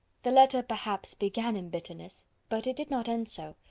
the letter, perhaps, began in bitterness, but it did not end so.